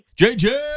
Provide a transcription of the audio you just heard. JJ